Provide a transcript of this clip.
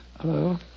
Hello